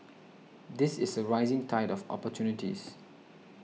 this is a rising tide of opportunities